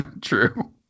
True